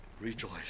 rejoice